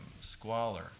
squalor